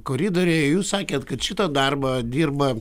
koridoriuje jūs sakėt kad šitą darbą dirba